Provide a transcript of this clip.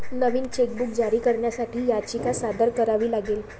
नवीन chequebook जारी करण्यासाठी याचिका सादर करावी लागेल